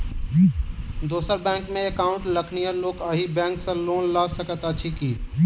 दोसर बैंकमे एकाउन्ट रखनिहार लोक अहि बैंक सँ लोन लऽ सकैत अछि की?